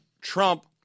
Trump